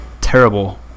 terrible